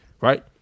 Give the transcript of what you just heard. Right